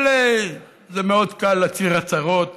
אבל זה מאוד קל להצהיר הצהרות